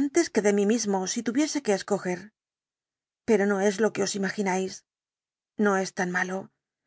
antes que de mí mismo si tuviese que escoger pero no es lo que os imagináis no es tan malo